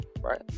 Right